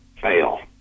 fail